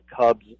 cubs